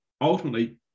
ultimately